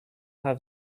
have